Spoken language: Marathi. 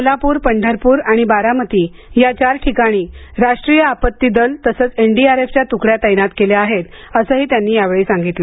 सोलापूर पंढरपूर आणि बारामती या चार ठिकाणी राष्ट्रीय आपत्ती प्रतिसाद दल एनडीआरफच्या त्कड्या तैनात केल्या आहेत असेही त्यांनी यावेळी सांगितले